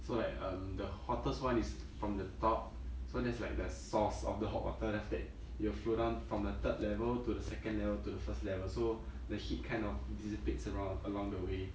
so like um the hottest one is from the top so there's like the source of the hot water then after that it'll flow down from the third level to the second level to the first level so the heat kind of dissipates around along the way